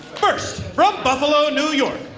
first from buffalo, new york.